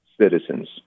citizens